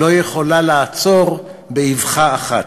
לא יכולה לעצור באבחה אחת.